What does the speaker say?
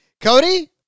Cody